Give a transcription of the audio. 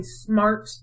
smart